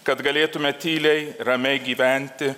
kad galėtume tyliai ramiai gyventi